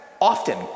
often